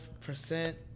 percent